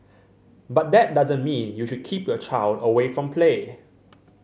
but that doesn't mean you should keep your child away from play